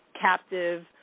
captive